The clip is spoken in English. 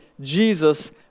Jesus